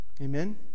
Amen